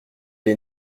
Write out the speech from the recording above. est